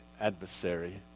adversary